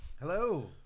Hello